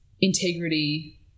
integrity